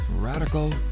radical